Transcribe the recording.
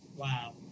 Wow